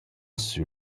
sün